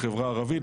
לחברה ערבית,